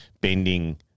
bending